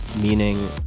meaning